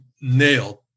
nailed